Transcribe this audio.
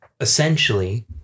essentially